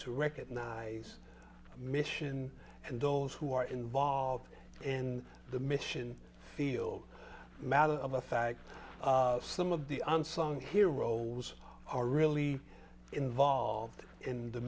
to recognize mission and those who are involved in the mission field matter of fact some of the unsung heroes are really involved in the